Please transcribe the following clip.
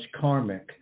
karmic